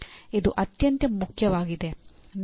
ಇದು ಅತ್ಯಂತ ಮುಖ್ಯವಾಗಿದೆ